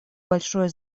большое